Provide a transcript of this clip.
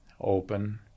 open